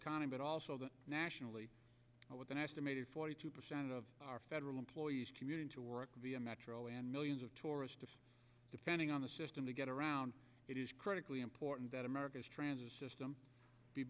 economy but also that nationally with an estimated forty two percent of our federal employees commuting to work via metro and millions of tourists depending on the system to get around it is critically important that america's transit system be